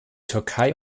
türkei